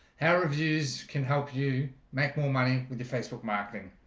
how reviews can help you make more money with your facebook marketing.